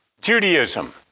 Judaism